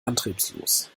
antriebslos